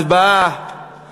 להצבעה